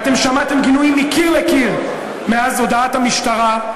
אתם שמעתם גינויים מקיר לקיר מאז הודעת המשטרה.